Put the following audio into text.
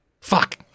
Fuck